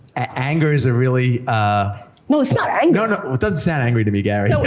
anger is a really ah no, it's not anger! it doesn't sound angry to me, gary.